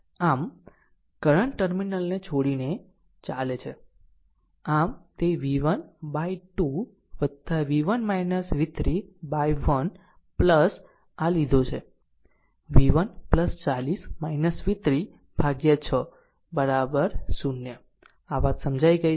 આમ આ current terminal છોડીને ચાલે છે આમ તે v1 by 2 v1 v3 by 1 આ લીધો છે v1 40 v3 ભાગ્યા 6 કે 0 આ વાત સમજી ગઈ છે